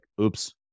oops